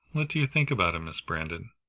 what do you think about him, miss brandon?